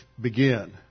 begin